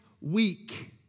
weak